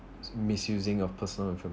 misusing of personal inform~